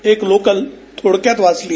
एक लोकल थोडक्यात वाचली